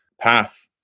path